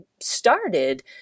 started